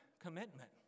commitment